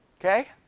okay